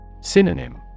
Synonym